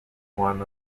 form